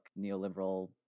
neoliberal